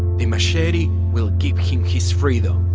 the machete will give him his freedom.